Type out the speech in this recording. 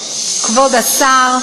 כבוד השר,